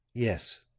yes.